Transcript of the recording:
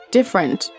Different